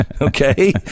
Okay